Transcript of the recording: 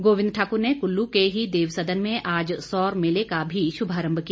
गोविंद ठाकुर ने कुल्लू के ही देवसदन में आज सौर मेले का भी शुभारम्भ किया